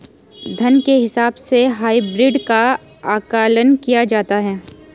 धन के हिसाब से हाइब्रिड का आकलन किया जाता है